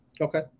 Okay